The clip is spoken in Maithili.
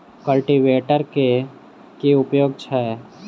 कल्टीवेटर केँ की उपयोग छैक?